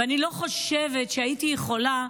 ואני לא חושבת שהייתי יכולה,